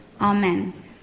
Amen